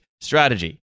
strategy